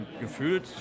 Gefühlt